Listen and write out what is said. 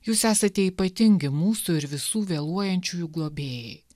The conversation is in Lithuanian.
jūs esate ypatingi mūsų ir visų vėluojančiųjų globėjai